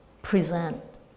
present